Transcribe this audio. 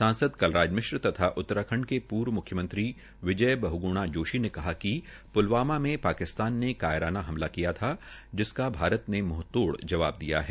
सांसद कलराज मिश्र तथा उत्तराखंड के पूर्व म्ख्यमंत्री विजय बहुग्णा जोशी ने कहा कि पुलवामा में पाकिसान ने कायराना हमला किया जिसका भारत ने मूंहतोड़ जवाब दिया है